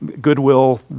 goodwill